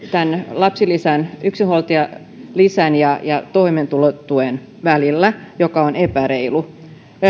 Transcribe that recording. lapsilisän yksinhuoltajalisän ja ja toimeentulotuen välillä joka on epäreilu